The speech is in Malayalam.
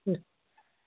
ഉം